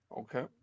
Okay